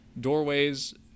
doorways